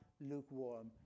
lukewarm